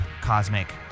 cosmic